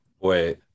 Wait